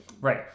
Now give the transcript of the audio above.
Right